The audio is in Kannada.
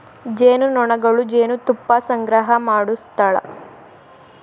ಜೇನುನೊಣಗಳು ಜೇನುತುಪ್ಪಾ ಸಂಗ್ರಹಾ ಮಾಡು ಸ್ಥಳಾ